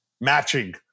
matching